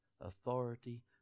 authority